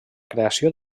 creació